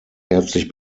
herzlich